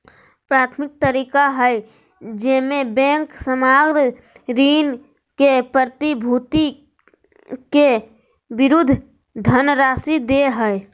प्राथमिक तरीका हइ जेमे बैंक सामग्र ऋण के प्रतिभूति के विरुद्ध धनराशि दे हइ